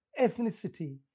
ethnicity